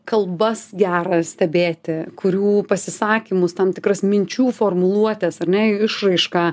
kalbas gera stebėti kurių pasisakymus tam tikras minčių formuluotes ar ne išraišką